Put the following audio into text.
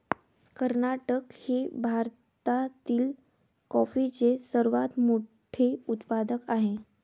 कर्नाटक हे भारतातील कॉफीचे सर्वात मोठे उत्पादक आहे